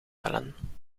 bellen